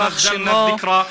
ישתבח שמו,